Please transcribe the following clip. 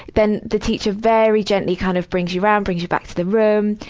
then, the teacher very gently kind of brings you round. brings you back to the room.